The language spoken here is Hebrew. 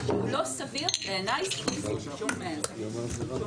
זה לא סביר בעיניי סטטיסטית, בשום מצב.